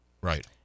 Right